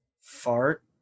Fart